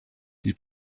die